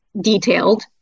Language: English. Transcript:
detailed